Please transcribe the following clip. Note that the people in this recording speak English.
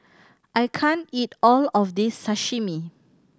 I can't eat all of this Sashimi